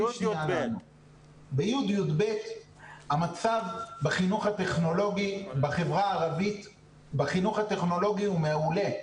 בי' י"ב המצב בחינוך הטכנולוגי בחברה הערבית הוא מעולה.